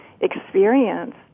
experience